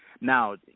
Now